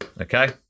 okay